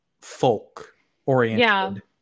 folk-oriented